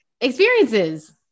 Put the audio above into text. experiences